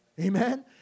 Amen